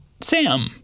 Sam